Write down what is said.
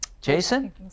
Jason